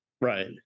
Right